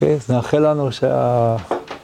כן, נאחל לנו שה...